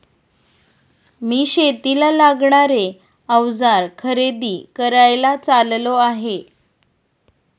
मी शेतीला लागणारे अवजार खरेदी करायला चाललो आहे